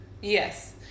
yes